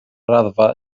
raddfa